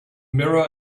mirror